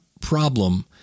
problem